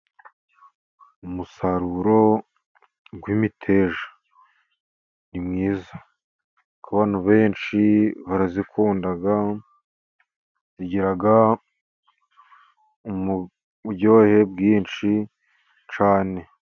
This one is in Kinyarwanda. Umusaruro w'imiteja ni mwiza, kuko abantu benshi barayikunda, igira uburyohe bwinshi cyane.